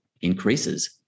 increases